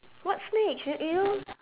what snake you you know